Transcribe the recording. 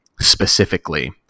specifically